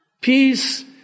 Peace